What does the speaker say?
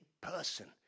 person